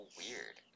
weird